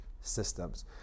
systems